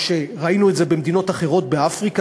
או כפי שראינו במדינות אחרות באפריקה,